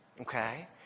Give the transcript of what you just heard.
Okay